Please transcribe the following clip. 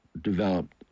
developed